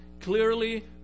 clearly